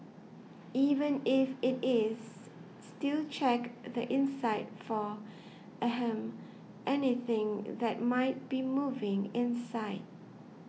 even if it is still check the inside for ahem anything that might be moving inside